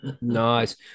nice